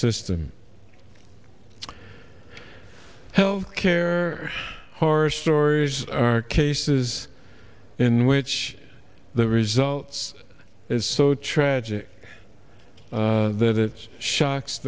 system health care horror stories are cases in which the results is so tragic that it shocks